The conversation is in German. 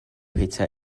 pizza